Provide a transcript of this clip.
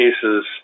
cases